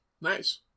Nice